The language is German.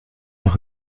noch